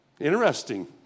Interesting